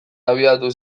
abiatu